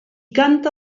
canta